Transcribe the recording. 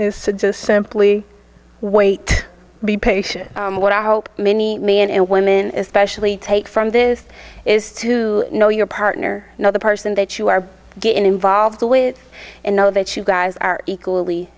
is just simply wait be patient what i hope many me and women especially take from this is to know your partner know the person that you are getting involved with and know that you guys are equally